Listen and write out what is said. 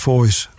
Voice